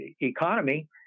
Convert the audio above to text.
economy